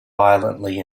violently